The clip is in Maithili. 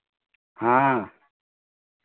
हँ